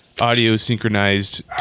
audio-synchronized